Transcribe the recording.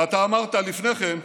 ואתה אמרת לפני כן,